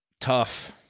Tough